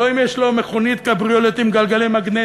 לא אם יש לו מכונית "קבריולט" עם גלגלי מגנזיום,